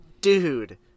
dude